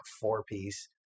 four-piece